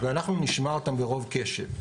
ואנחנו נשמע אותם ברוב קשב,